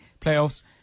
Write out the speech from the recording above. playoffs